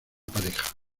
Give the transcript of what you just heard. pareja